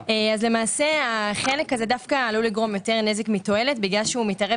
למעשה החלק הזה עלול לגרום יותר נזק מתועלת כי הוא מתערב